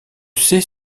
sais